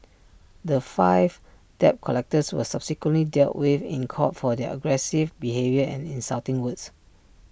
the five debt collectors were subsequently dealt with in court for their aggressive behaviour and insulting words